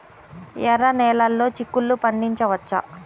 ఎర్ర నెలలో చిక్కుల్లో పండించవచ్చా?